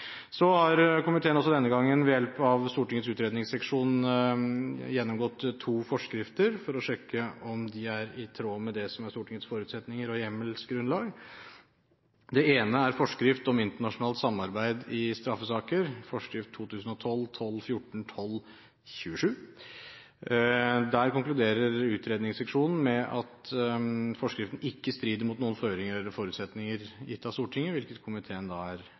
Så har komiteen også denne gangen ved hjelp av Stortingets utredningsseksjon gjennomgått to forskrifter for å sjekke om de er i tråd med det som er Stortingets forutsetninger og hjemmelsgrunnlag. Det ene er forskrift om internasjonalt samarbeid i straffesaker, forskrift 2012–12-14-1227. Der konkluderer utredningsseksjonen med at forskriften ikke strider mot noen føringer eller forutsetninger gitt av Stortinget, hvilket komiteen er